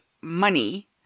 money